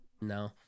No